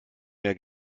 mehr